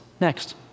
Next